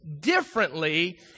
differently